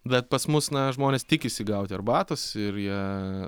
bet pas mus na žmonės tikisi gauti arbatos ir jie